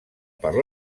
per